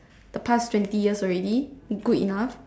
the past twenty years already good enough